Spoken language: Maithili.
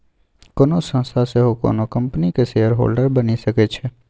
कोनो संस्था सेहो कोनो कंपनीक शेयरहोल्डर बनि सकै छै